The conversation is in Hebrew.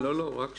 לא, רק שנייה.